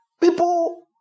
people